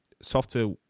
software